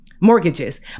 mortgages